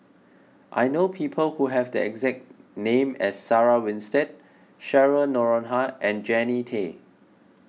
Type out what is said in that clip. I know people who have the exact name as Sarah Winstedt Cheryl Noronha and Jannie Tay